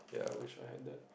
I wish I had that